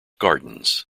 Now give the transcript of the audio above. gardens